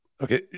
Okay